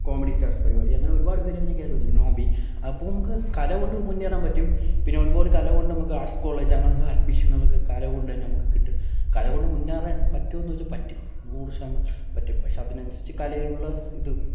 comedy stars പരിപാടി അങ്ങനെ ഒരുപാട് പേര് ഇങ്ങനെ കയറി വരുന്നുണ്ട് നോബി അപ്പോൾ നമുക്ക് കലകൊണ്ട് മുന്നേറാൻ പറ്റും പിന്നെ ഒരുപാട് കലകൊണ്ട് നമുക്ക് ആർട്സ് കോളേജ് അങ്ങനെയുള്ള അഡ്മിഷൻ നമുക്ക് കലകൊണ്ട് തന്നെ നമുക്ക് കിട്ടും കലകൊണ്ട് മുന്നേറാൻ പറ്റുമോയെന്ന് ചോദിച്ചാൽ പറ്റും നൂറ് ശതമാനം പറ്റും പക്ഷെ അതിനനുസരിച്ച് കലയിലുള്ള ഇത്